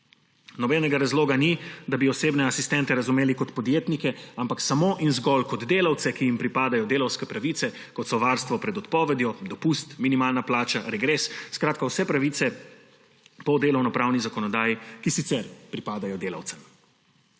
Nobenega razloga ni, da bi osebne asistente razumeli kot podjetnike, ampak samo in zgolj kot delavce, ki jim pripadajo delavske pravice, kot so varstvo pred odpovedjo, dopust, minimalna plača, regres; skratka vse pravice po delovnopravni zakonodaji, ki sicer pripadajo delavcem.